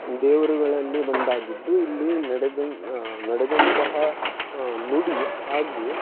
ದೇವರುಗಳಲ್ಲಿ ಒಂದಾಗಿದ್ದು ಇಲ್ಲಿ ನಡೆದನ್ ನಡೆದಂತಹ ನುಡಿ ಹಾಗೂ